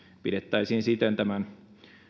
pidettäisiin siten tämän